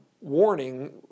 warning